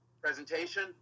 presentation